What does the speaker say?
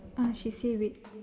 ah she say wait